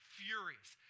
furious